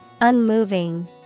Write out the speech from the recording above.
Unmoving